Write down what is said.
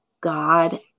God